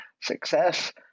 Success